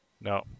No